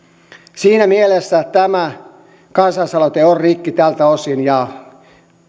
siinä mielessä kansalaisaloite on rikki tältä osin ja